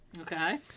Okay